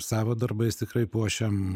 savo darbais tikrai puošiam